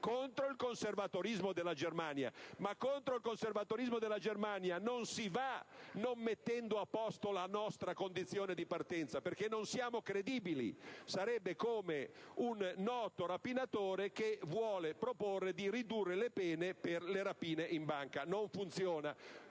contro il conservatorismo della Germania. Ma contro il conservatorismo della Germania, non si può andare senza mettere a posto la nostra condizione di partenza, perché non siamo credibili. Sarebbe come un noto rapinatore che vuole proporre di ridurre le pene per le rapine in banca. Non funziona.